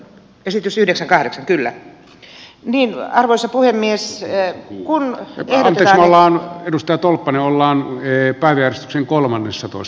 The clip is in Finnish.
niillä sanoilla hyvää viikonloppua arvon puhemies syö kun entisellään edustaa tolpan ollaan ee paljastuksen kolmannessa tulos